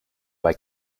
bei